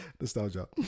nostalgia